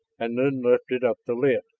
and then lifted up the lid.